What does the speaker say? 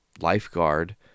lifeguard